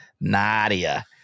Nadia